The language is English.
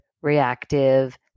reactive